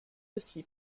aussi